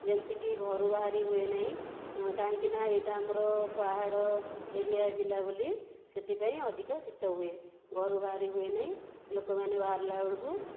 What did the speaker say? ଯେମିତିକି ଘରୁ ବାହାରି ହୁଏ ନାହିଁ କାହିଁକିନା ଏଇଟା ଆମର ପାହାଡ଼ ଏରିଆ ଜିଲ୍ଲା ବୋଲି ସେଥିପାଇଁ ଅଧିକ ଶୀତ ହୁଏ ଘରୁ ବାହାରି ହୁଏନାହିଁ ଲୋକମାନେ ବାହାରିଲା ବେଳକୁ